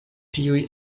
tiuj